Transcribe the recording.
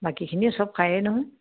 বাকীখিনিও চব খায়েই নহয়